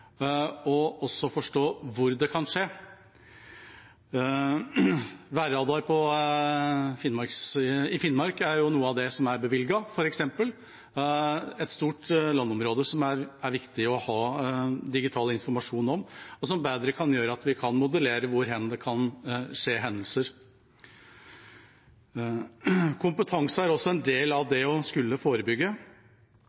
og også forstå hvor det kan skje. Værradar i Finnmark er noe av det som det er bevilget til, f.eks. – et stort landområde som det er viktig å ha digital informasjon om, og som gjør at vi bedre kan modellere hvor enn det kan skje hendelser. Kompetanse er også en del av